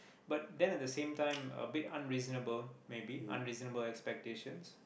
but then at the same time a bit unreasonable maybe unreasonable expectations